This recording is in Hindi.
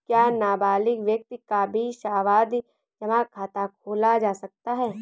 क्या नाबालिग व्यक्ति का भी सावधि जमा खाता खोला जा सकता है?